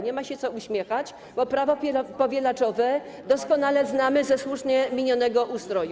Nie ma się co uśmiechać, bo prawo powielaczowe doskonale znamy ze słusznie minionego ustroju.